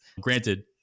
granted